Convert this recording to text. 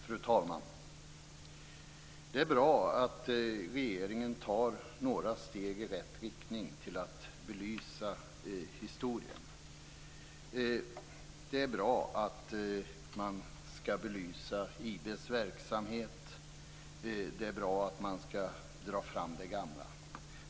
Fru talman! Det är bra att regeringen tar några steg i rätt riktning för att belysa historien. Det är bra att man skall belysa IB:s verksamhet. Det är bra att man skall dra fram det gamla.